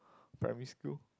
primary school